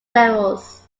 levels